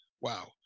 Wow